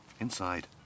inside